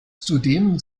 zudem